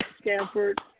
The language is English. Stanford